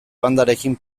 bandarekin